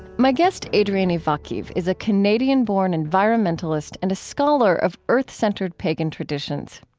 my guest, adrian ivakhiv, is a canadian-born environmentalist and a scholar of earth-centered pagan traditions.